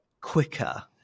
quicker